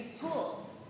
tools